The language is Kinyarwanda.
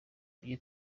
tujye